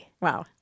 Wow